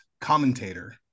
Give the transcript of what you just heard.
commentator